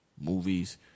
movies